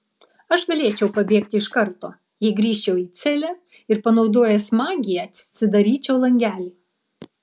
aš galėčiau pabėgti iš karto jei grįžčiau į celę ir panaudojęs magiją atsidaryčiau langelį